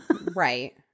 Right